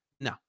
No